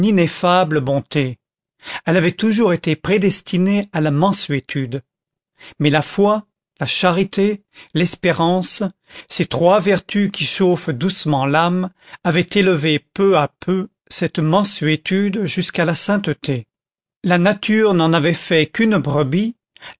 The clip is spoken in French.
ineffable bonté elle avait toujours été prédestinée à la mansuétude mais la foi la charité l'espérance ces trois vertus qui chauffent doucement l'âme avaient élevé peu à peu cette mansuétude jusqu'à la sainteté la nature n'en avait fait qu'une brebis